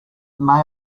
may